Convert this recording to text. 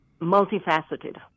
multifaceted